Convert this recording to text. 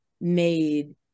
made